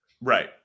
right